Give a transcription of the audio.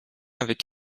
avec